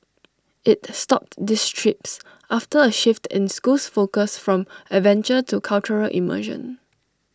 IT stopped these trips after A shift in school's focus from adventure to cultural immersion